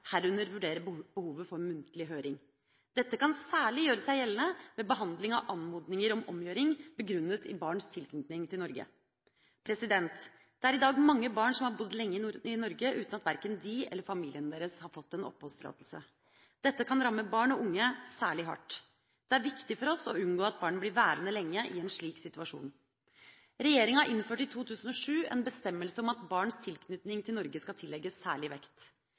herunder vurdere behovet for muntlig høring. Dette kan særlig gjøre seg gjeldende ved behandling av anmodninger om omgjøring begrunnet i barns tilknytning til Norge. Det er i dag mange barn som har bodd lenge i Norge, uten at verken de eller familiene deres har fått oppholdstillatelse. Dette kan ramme barn og unge særlig hardt. Det er viktig for oss å unngå at barn blir værende lenge i en slik situasjon. Regjeringa innførte i 2007 en bestemmelse om at barns tilknytning til Norge skal tillegges særlig vekt.